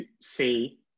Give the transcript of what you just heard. see